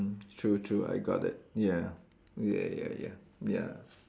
mm true true I got it ya ya ya ya ya